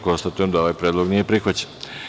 Konstatujem da ovaj predlog nije prihvaćen.